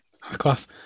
Class